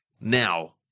Now